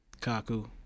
kaku